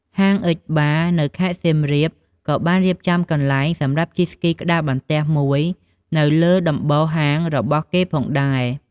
ហាង អិច បារ (X Ba) នៅខេត្តសៀមរាបក៏បានរៀបចំកន្លែងសម្រាប់ជិះស្គីក្ដារបន្ទះមួយនៅលើដំបូលហាងរបស់គេផងដែរ។